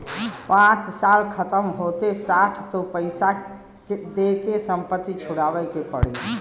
पाँच साल खतम होते साठ तो पइसा दे के संपत्ति छुड़ावे के पड़ी